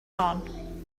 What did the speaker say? hon